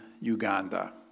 Uganda